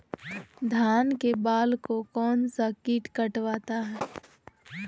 धान के बाल को कौन सा किट काटता है?